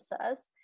says